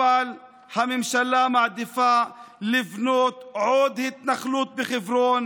אבל הממשלה מעדיפה לבנות עוד התנחלות בחברון